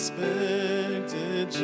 Expected